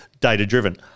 data-driven